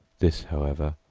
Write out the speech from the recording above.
this, however,